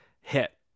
hit